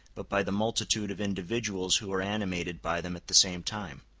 but by the multitude of individuals who are animated by them at the same time.